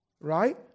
right